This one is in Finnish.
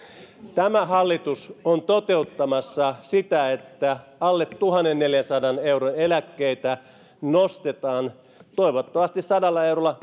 tämä hallitus on toteuttamassa sitä että alle tuhannenneljänsadan euron eläkkeitä nostetaan toivottavasti sadalla eurolla